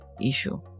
issue